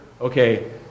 okay